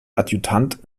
adjutant